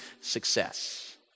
success